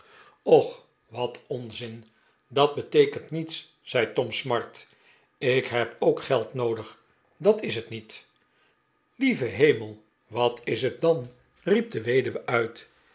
och wat onzin dat beteekent niets zei tom smart ik heb ook geld noodig dat is het niet lieve hemel wat is het dan riep de weduwe uit